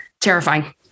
Terrifying